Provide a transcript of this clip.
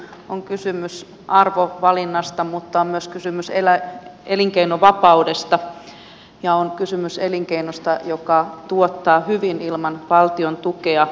on kysymys arvovalinnasta mutta on myös kysymys elinkeinovapaudesta ja on kysymys elinkeinosta joka tuottaa hyvin ilman valtion tukea